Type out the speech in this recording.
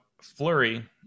flurry